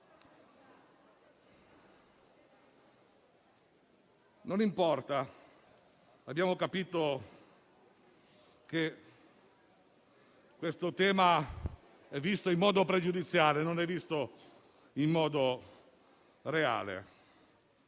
Non importa, abbiamo capito che questo tema è visto in modo pregiudiziale, non in modo reale.